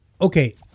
okay